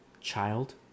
Child